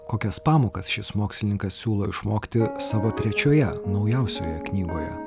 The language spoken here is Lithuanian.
kokias pamokas šis mokslininkas siūlo išmokti savo trečioje naujausioje knygoje